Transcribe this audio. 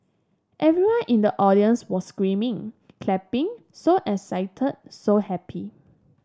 everyone in the audience was screaming clapping so excited so happy